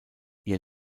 ihr